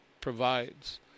provides